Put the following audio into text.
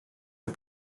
les